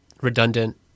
redundant